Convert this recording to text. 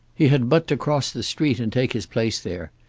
he had but to cross the street and take his place there.